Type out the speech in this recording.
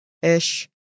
ish